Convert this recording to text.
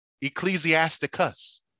Ecclesiasticus